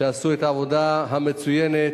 שעשו את העבודה המצוינת.